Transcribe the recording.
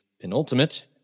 penultimate